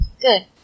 Good